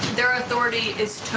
their authority is total.